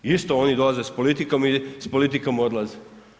Isto oni dolaze sa politikom i s politikom odlaze.